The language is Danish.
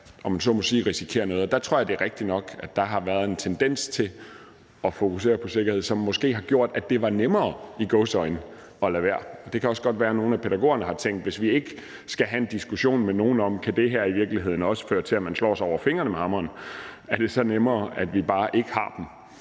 om man så må sige, risikerer noget. Og der tror jeg, at det er rigtigt nok, at der har været en tendens til at fokusere på sikkerhed, som måske har gjort, at det var nemmere – i gåseøjne – at lade være. Det kan også godt være, at nogle af pædagogerne har tænkt, at hvis vi ikke skal have en diskussion med nogen om, om det her i virkeligheden også kan føre til, at man slår sig over fingrene med hammeren, er det nemmere, at vi bare ikke har